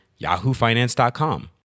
yahoofinance.com